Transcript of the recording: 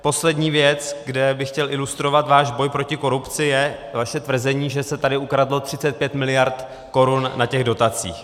Poslední věc, kde bych chtěl ilustrovat váš boj proti korupci, je vaše tvrzení, že se tady ukradlo 35 miliard korun na těch dotacích.